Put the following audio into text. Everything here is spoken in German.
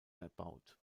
erbaut